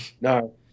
no